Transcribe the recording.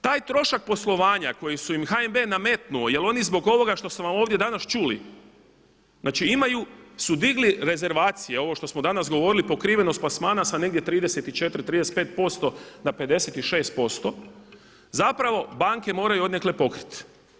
Taj trošak poslovanja koji im je HNB nametnuo jer oni zbog ovoga što smo ovdje danas čuli znači su digli rezervacije, ovo što smo danas govorili pokrivenost plasmana sa negdje 34%, 35% na 56% zapravo banke moraju odnekud pokriti.